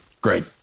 Great